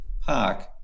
park